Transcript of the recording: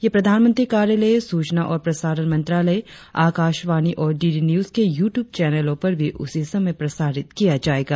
ये प्रधानमंत्री कार्यालय सूचना और प्रसारण मंत्रालय आकाशवाणी और डी डी न्यूज के यू ट्यूब चैनलों पर भी उसी समय प्रसारित किया जाएगा